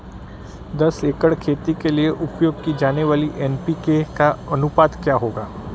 दस एकड़ खेती के लिए उपयोग की जाने वाली एन.पी.के का अनुपात क्या होगा?